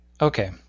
Okay